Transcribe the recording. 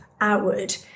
outward